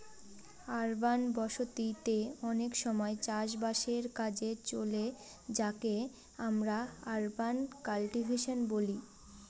urban বসতি তে অনেক সময় চাষ বাসের কাজে চলে যাকে আমরা আরবান কাল্টিভেশন বলি